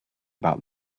about